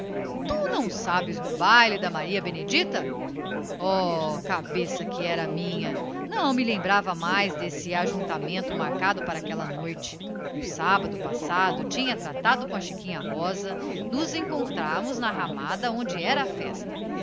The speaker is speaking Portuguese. tu não sabes do baile da maria benedicta oh cabeça que era minha não me lembrava mais desse ajuntamento marcado para aquella noite no sabbado passado tinha tratado com a chiquinha rosa nos encontrarmos na ramada onde era a festa